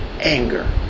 anger